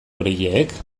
horiek